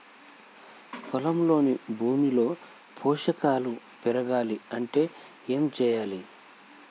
పొలంలోని భూమిలో పోషకాలు పెరగాలి అంటే ఏం చేయాలి?